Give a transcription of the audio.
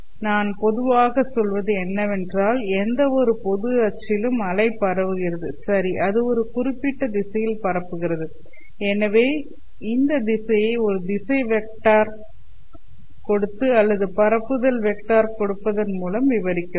நான் பொதுவாக சொல்வது என்னவென்றால் எந்தவொரு பொது அச்சிலும் அலை பரவுகிறது சரி அது ஒரு குறிப்பிட்ட திசையில் பரப்புகிறது எனவே இந்த திசையை ஒரு திசை வெக்டர் கொடுத்து அல்லது பரப்புதல் வெக்டர் கொடுப்பதன் மூலம் விவரிக்கிறோம்